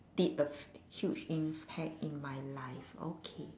did a f~ huge impact in my life okay